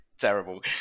terrible